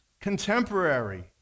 contemporary